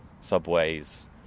subways